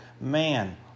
man